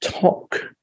talk